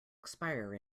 expire